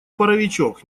паровичок